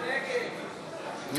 הוא הצביע נגד.